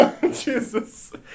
Jesus